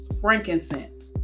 Frankincense